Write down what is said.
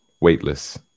weightless